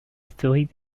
historiques